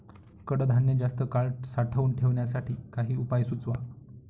कडधान्य जास्त काळ साठवून ठेवण्यासाठी काही उपाय सुचवा?